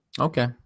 Okay